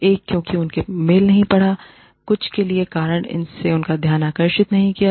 एक क्योंकि उन्होंने ई मेल नहीं पढ़ा है कुछ के लिए कारण इसने उनका ध्यान आकर्षित किया है